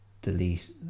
delete